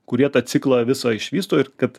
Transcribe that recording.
kurie tą ciklą visą išvysto ir kad